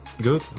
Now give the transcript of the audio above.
good.